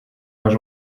los